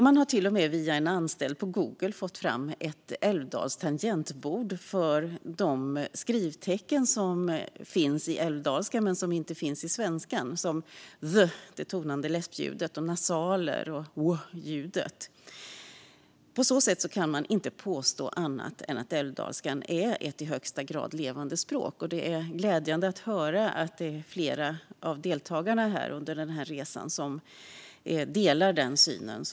Man har till och med, via en anställd på Google, fått fram ett älvdalskt tangentbord för de skrivtecken som finns i älvdalskan men som inte finns i svenskan, till exempel det tonande läspljudet , nasalerna och ljudet. Man kan inte påstå annat än att älvdalskan är ett i högsta grad levande språk. Det är glädjande att höra att flera av deltagarna i resan delar den synen.